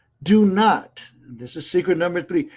do not and this is secret number three,